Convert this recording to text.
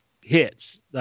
hits